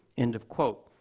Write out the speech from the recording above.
end of quote.